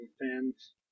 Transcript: fans